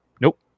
nope